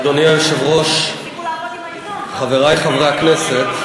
אדוני היושב-ראש, חברי חברי הכנסת,